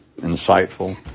insightful